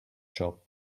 shop